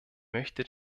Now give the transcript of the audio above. möchte